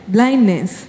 Blindness